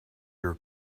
your